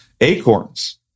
Acorns